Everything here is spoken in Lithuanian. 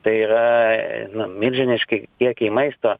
tai yra milžiniški kiekiai maisto